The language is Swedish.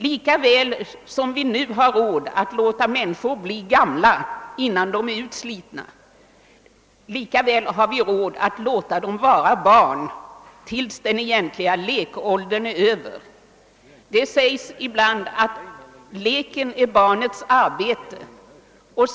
Lika väl som vi nu har råd att låta människor bli gamla utan att dessförinnan ha blivit utslitna, lika väl har vi råd att låta dem vara barn till dess den egentliga lekåldern är över. Det sägs ibland att leken är barnets arbete.